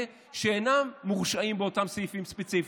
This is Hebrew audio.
שאינם מורשעים באותם סעיפים ספציפיים.